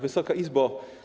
Wysoka Izbo!